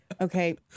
Okay